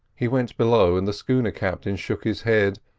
he went below, and the schooner captain shook his head,